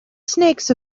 snakes